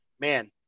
man